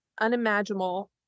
unimaginable